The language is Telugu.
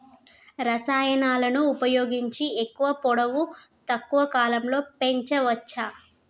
రసాయనాలను ఉపయోగించి ఎక్కువ పొడవు తక్కువ కాలంలో పెంచవచ్చా?